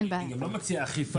היא לא מציעה אכיפה יותר טובה.